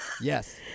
Yes